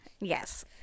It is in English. Yes